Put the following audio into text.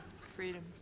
freedom